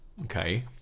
Okay